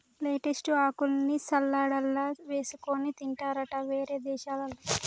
lettuce ఆకుల్ని సలాడ్లల్ల వేసుకొని తింటారట వేరే దేశాలల్ల